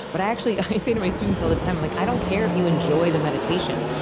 but actually, i say to my students all the time, like i don't care if you enjoy the meditation.